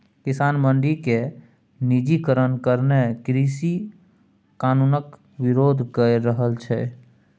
किसान मंडी केर निजीकरण कारणें कृषि कानुनक बिरोध कए रहल छै